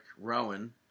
Rowan